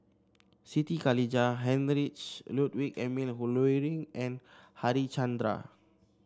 Siti Khalijah Heinrich Ludwig Emil Luering and Harichandra